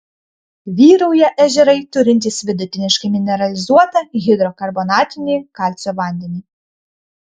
vyrauja ežerai turintys vidutiniškai mineralizuotą hidrokarbonatinį kalcio vandenį